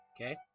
okay